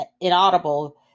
inaudible